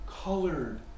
colored